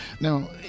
Now